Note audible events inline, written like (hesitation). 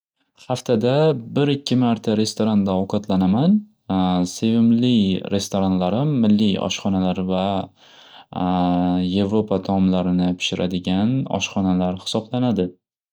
Haftada bir ikki marta restoranda ovqatlanaman (hesitation) sevimli restoranlarim milliy oshxonalar va (hesitation) yevropa taomlarini pishiradigan oshxonalar xisoblanadi.